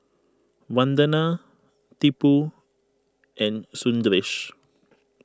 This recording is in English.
Vandana Tipu and Sundaresh